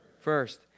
First